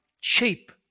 cheap